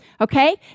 Okay